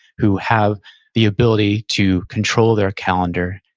who have the ability to control their calendar,